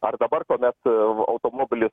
ar dabar kuomet automobilis